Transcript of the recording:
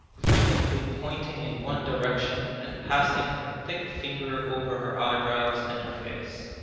frequently pointing in one direction and passing her thick finger over her eyebrows and her face.